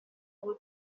will